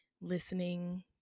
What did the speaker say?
listening